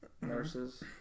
Nurses